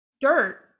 dirt